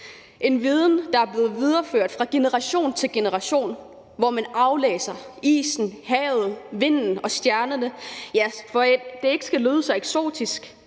en viden, der er blevet videreført fra generation til generation, hvor man aflæser isen, havet, vinden og stjernerne, og ja, for at det ikke skal lyde så eksotisk,